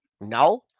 No